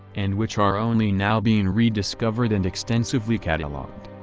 and which are only now being rediscovered and extensively catalogued.